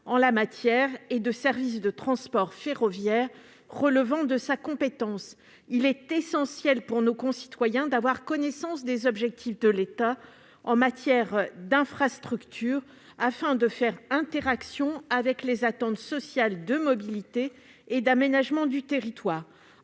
d'infrastructures et de services de transport ferroviaire relevant de sa compétence. Il est essentiel pour nos concitoyens d'avoir connaissance des objectifs de l'État en matière d'infrastructures, afin de faire face aux attentes sociales de mobilité et d'aménagement du territoire.